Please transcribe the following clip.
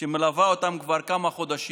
שמלווה אותם כבר כמה חודשים.